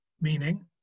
Meaning